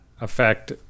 Affect